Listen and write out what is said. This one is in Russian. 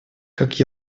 как